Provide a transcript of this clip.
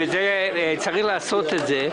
וצריך לעשות את זה,